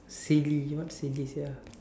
silly what's silly sia